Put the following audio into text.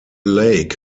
lake